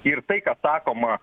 ir tai kas sakoma